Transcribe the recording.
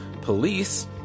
police